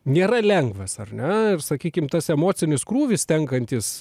nėra lengvas ar ne ir sakykim tas emocinis krūvis tenkantis